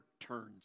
turns